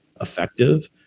effective